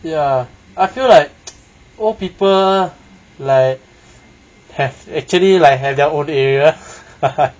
ya I feel like old people like have actually like have their own area